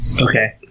Okay